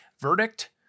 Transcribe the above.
Verdict